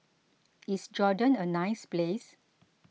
is Jordan a nice place